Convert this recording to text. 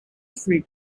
free